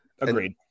Agreed